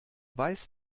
weiß